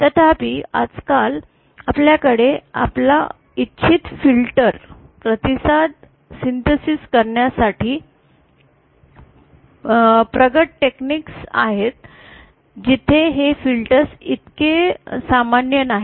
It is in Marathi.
तथापि आजकाल आपल्याकडे आपला इच्छित फिल्टर प्रतिसाद संश्लेषित करण्यासाठी प्रगत तंत्र आहेत जिथे हे फिल्टर्स इतके सामान्य नाहीत